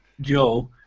Joe